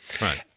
Right